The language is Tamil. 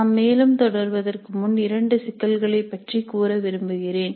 நாம் மேலும் தொடர்வதற்கு முன் இரண்டு சிக்கல்களைப் பற்றி கூற விரும்புகிறேன்